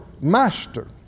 master